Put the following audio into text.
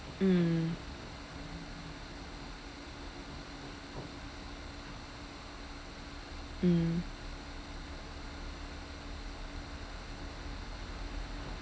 mm mm